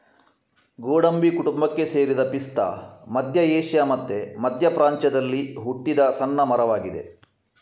ಗೋಡಂಬಿ ಕುಟುಂಬಕ್ಕೆ ಸೇರಿದ ಪಿಸ್ತಾ ಮಧ್ಯ ಏಷ್ಯಾ ಮತ್ತೆ ಮಧ್ಯ ಪ್ರಾಚ್ಯದಲ್ಲಿ ಹುಟ್ಟಿದ ಸಣ್ಣ ಮರವಾಗಿದೆ